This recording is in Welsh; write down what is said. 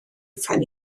phen